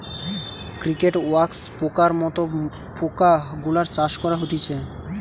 cricket, wax পোকার মত পোকা গুলার চাষ করা হতিছে